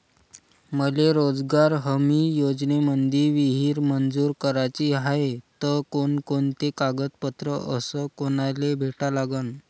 मले रोजगार हमी योजनेमंदी विहीर मंजूर कराची हाये त कोनकोनते कागदपत्र अस कोनाले भेटा लागन?